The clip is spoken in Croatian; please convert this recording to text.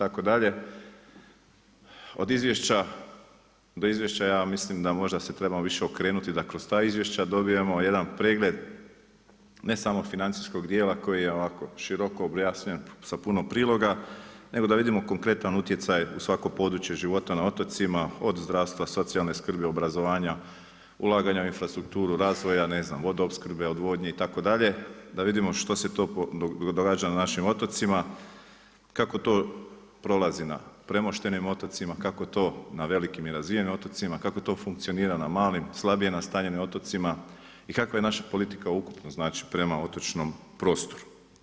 Od izvješća do izvješća ja mislim da možda se trebamo više okrenuti da kroz ta izvješća dobijemo jedan pregled ne samo financijskog djela koji je ovako široko objašnjen, sa puno priloga nego da vidimo konkretan utjecaj u svako područje života na otocima, od zdravstva, socijalne skrbi, obrazovanja, ulaganja u infrastrukturu, razvoja vodoopskrbe, odvodnje, itd., da vidimo što se to događa na našim otocima, kako to prolazi na premoštenim otocima, kako to na velikim i razvijenim otocima, kako to funkcionira na malim, slabije nastanjenim otocima i kakva je naša politika ukupno znači prema otočnom prostoru.